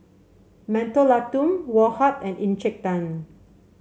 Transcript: Mentholatum Woh Hup and Encik Tan